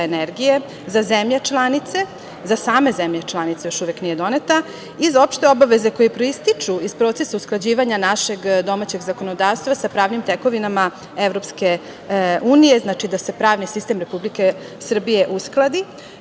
energije za zemlje članice, za same zemlje članice još uvek nije doneta iz opšte obaveze koje proističu iz procesa usklađivanja našeg domaćeg zakonodavstva sa pravnim tekovinama EU, znači da se pravni sistem Republike Srbije uskladi. Ne